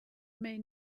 may